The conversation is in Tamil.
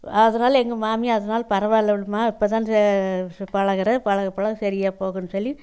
அதனால் எங்க மாமியார் அதனால் பரவாயில்ல விடும்மா இப்போதான பழகுகிற பழக பழக சரியா போகும்னு சொல்லி